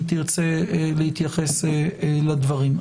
אם תרצה להתייחס לדברים.